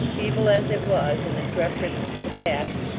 feeble as it was in its reference to the past,